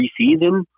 preseason